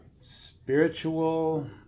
spiritual